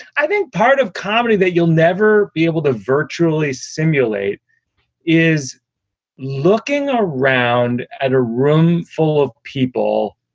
i think part of comedy that you'll never be able to virtually simulate is looking around at a room full of people.